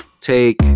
take